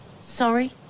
Sorry